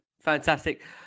fantastic